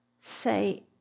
say